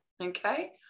Okay